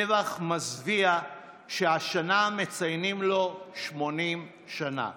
טבח מזוויע שהשנה מציינים לו 80 שנה.